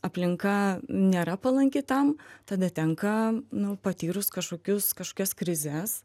aplinka nėra palanki tam tada tenka nu patyrus kažkokius kažkokias krizes